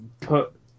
put